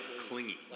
clingy